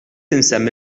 insemmi